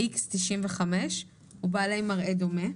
X-95 ובעלי מראה דומה,